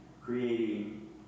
creating